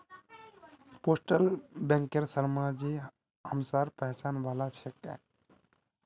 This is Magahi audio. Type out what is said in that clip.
पोस्टल बैंकेर शर्माजी हमसार पहचान वाला छिके